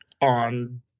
on